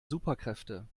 superkräfte